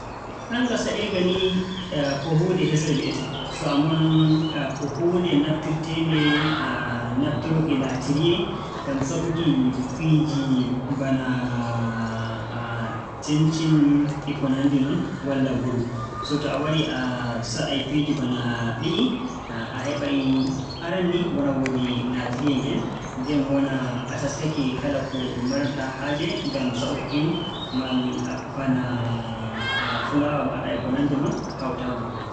Kannga sa'irga ni ko huunde hesre mbi'eten. So ammaa ko huunde naftirteende, naftur e laatiriye ngam sa'uki fiiji bana cincin e ko nanndi non, walla mburu. So to a warii a sa'ay bana ɗii, a heɓay - aran ni wona woodi laatiriye ngen, nden a taskake kala ko maran-ɗaa haaje ngam sa'uki kin mall - bana fulaawa maaɗa e ko nanndi non hawtaama.